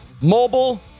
mobile